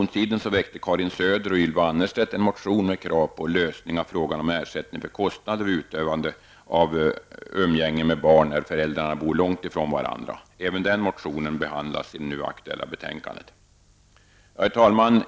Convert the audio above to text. Söder och Ylva Annerstedt en motion med krav på lösning av frågan om ersättning för kostnader vid utövande av umgänge med barn när föräldrarna bor långt ifrån varandra. Även den motionen behandlas i det nu aktuella betänkandet. Herr talman!